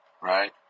right